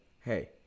hey